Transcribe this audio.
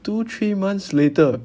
two three months later